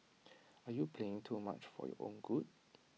are you playing too much for your own good